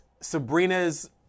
Sabrina's